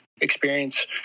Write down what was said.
experience